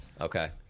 Okay